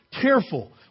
careful